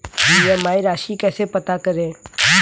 EMI राशि कैसे पता करें?